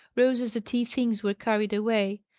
rose as the tea-things were carried away.